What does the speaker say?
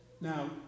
Now